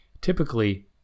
typically